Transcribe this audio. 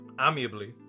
Amiably